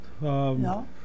No